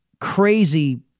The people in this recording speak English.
crazy